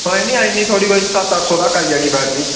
कोई आई जानी थुआढ़ी कोई सत्त अट्ठ सौ तगर आई जानी बैटरी